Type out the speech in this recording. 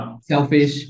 selfish